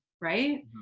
right